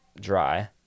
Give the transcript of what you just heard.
dry